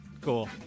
cool